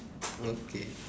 okay